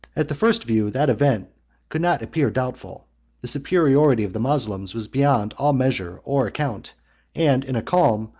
at the first view that event could not appear doubtful the superiority of the moslems was beyond all measure or account and, in a calm,